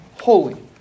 holy